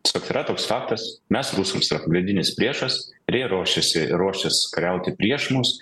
tiesiog tai yra toks faktas mes rusams yra pagrindinis priešas ir jie ruošėsi ruošias kariauti prieš mus